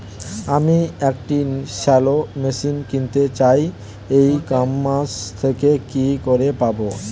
আমি একটি shallow machine কিনতে চাই ই কমার্স থেকে কি করে পাবো?